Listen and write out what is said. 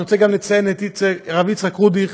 אני רוצה גם לציין את הרב יצחק רודיך,